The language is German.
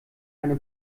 eine